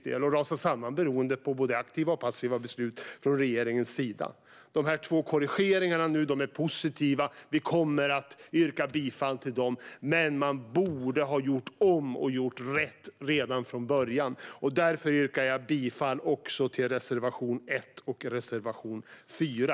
Den rasar samman beroende på både aktiva och passiva beslut från regeringens sida. De två korrigeringar som nu görs är positiva. Vi kommer att yrka bifall till dem. Men man borde ha gjort om och gjort rätt redan från början. Därför yrkar jag också bifall till reservation 1 och reservation 4.